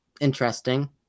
interesting